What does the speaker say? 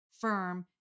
firm